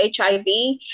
hiv